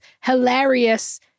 hilarious